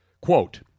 Quote